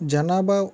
జనాభా ఉత్పత్తి